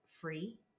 free